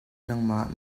nangmah